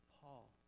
Paul